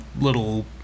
little